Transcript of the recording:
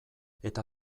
eta